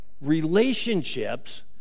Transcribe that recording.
relationships